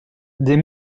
des